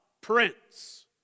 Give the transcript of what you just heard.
Prince